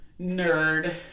Nerd